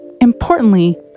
Importantly